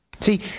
See